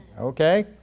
okay